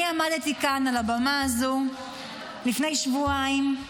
אני עמדתי כאן על הבמה הזו לפני שבועיים,